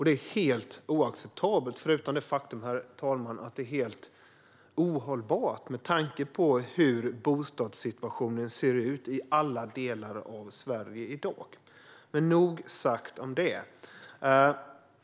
Det är helt oacceptabelt, förutom det faktum att det är helt ohållbart med tanke på hur bostadssituationen ser ut i alla delar av Sverige i dag. Men nog sagt om detta.